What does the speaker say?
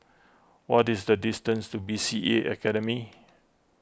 what is the distance to B C A Academy